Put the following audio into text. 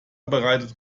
bereitet